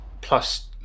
Plus